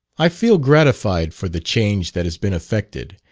i feel gratified for the change that has been effected,